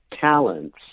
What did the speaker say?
Talents